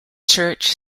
church